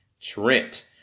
Trent